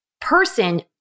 person